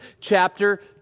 chapter